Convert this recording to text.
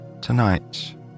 Tonight